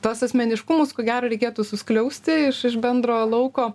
tuos asmeniškumus ko gero reikėtų suskliausti iš iš bendro lauko